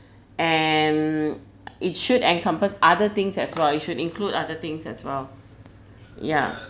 and it should encompass other things as well it should include other things as well yeah